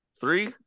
Three